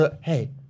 Hey